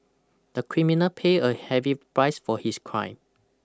the criminal paid a heavy price for his crime